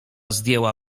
zdjęła